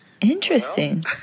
interesting